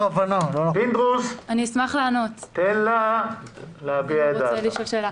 פינדרוס, תן לה להביע את דעתה.